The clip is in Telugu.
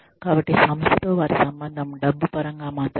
కాబట్టి సంస్థతో వారి సంబంధం డబ్బు పరంగా మాత్రమే